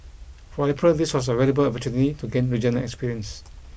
for April this was a valuable opportunity to gain regional experience